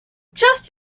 just